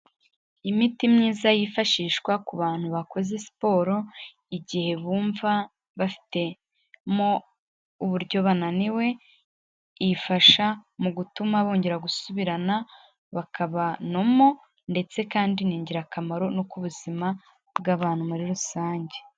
Imiti myiza yifashishwa ku bantu bakoze siporo igihe bumva bafitemo uburyo bananiwe, ifasha mu gutuma bongera gusubirana, bakaba nomo ndetse kandi ni ingirakamaro no ku buzima bw'abantu muri rusange.